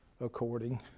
according